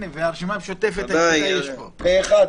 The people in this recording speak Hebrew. פה אחד.